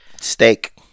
Steak